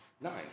Nine